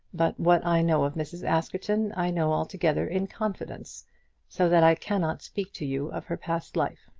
but what i know of mrs. askerton, i know altogether in confidence so that i cannot speak to you of her past life.